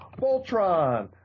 Voltron